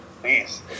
Please